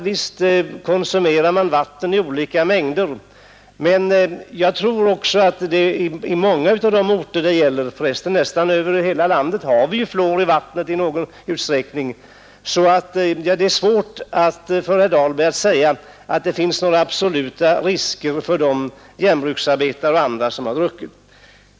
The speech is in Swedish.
Visst konsumerar vi vatten i olika mängder — det är klart. Men på många av de orter det gäller — för resten nästan över hela landet — har man ju fluor i vattnet i någon utsträckning. Det är därför svårt för herr Dahlberg att säga att det finns några absoluta risker för de järnbruksarbetare och andra som dricker det.